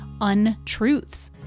untruths